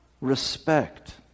respect